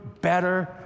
better